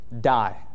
die